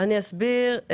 אני אסביר.